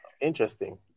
Interesting